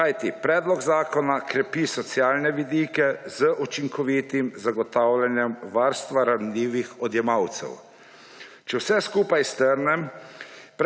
kajti predlog zakona krepi socialne vidike z učinkovitim zagotavljanjem varstva ranljivih odjemalcev. Če vse skupaj strnem,